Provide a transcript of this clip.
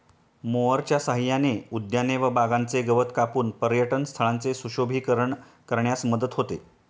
मोअरच्या सहाय्याने उद्याने व बागांचे गवत कापून पर्यटनस्थळांचे सुशोभीकरण करण्यास मदत होते